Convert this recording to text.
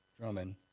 Drummond